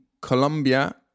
Colombia